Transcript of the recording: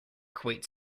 kuwait